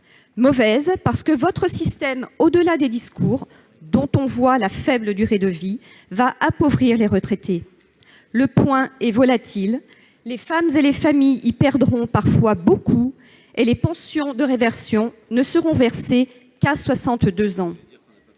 Mauvaise, parce que votre système, au-delà des discours, dont on voit la faible durée de vie, appauvrira les retraités. Le point est volatil, les femmes et les familles y perdront parfois beaucoup, et les pensions de réversion ne seront versées qu'à 62 ans.